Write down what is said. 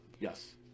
Yes